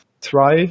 try